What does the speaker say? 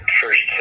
first